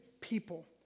people